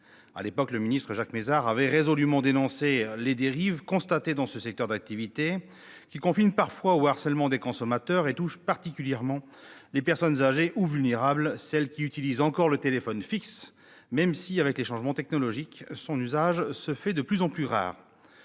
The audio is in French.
À l'époque, Jacques Mézard avait résolument dénoncé les dérives constatées dans ce secteur d'activité, qui confinent parfois au harcèlement des consommateurs. Ces dérives touchent particulièrement les personnes âgées ou vulnérables, et celles qui utilisent encore le téléphone fixe, dont l'usage, en raison des évolutions technologiques, se fait de plus en plus rare.